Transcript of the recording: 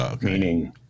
meaning